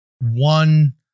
one